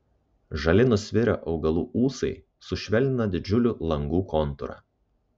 žali nusvirę augalų ūsai sušvelnina didžiulių langų kontūrą